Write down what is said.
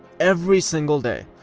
every single day!